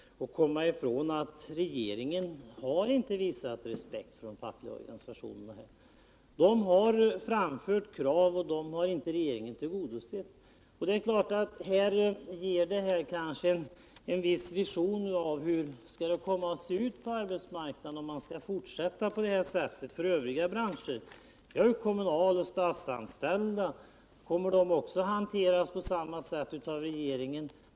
att komma ifrån all regeringen inte visat någon sådan respekt. Krav har framförts men regeringen har inte tillgodosett dem. Detta ger kanske en viss vision av hur det skall komma att se ut på arbetsmarknaden, om man skall fortsätta på detta sätt för övriga branscher. Kommer de kommunal och statsanställda att hanteras på samma sätt av regeringen”?